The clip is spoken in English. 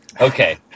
Okay